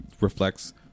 reflects